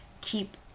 keep